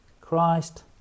Christ